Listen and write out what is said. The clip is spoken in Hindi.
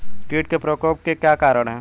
कीट के प्रकोप के क्या कारण हैं?